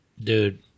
Dude